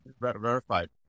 verified